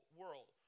world